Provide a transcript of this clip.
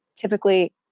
Typically